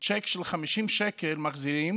מחזירים